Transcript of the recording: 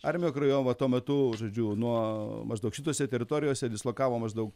armija krajova tuo metu žodžiu nuo maždaug šitose teritorijose dislokavo maždaug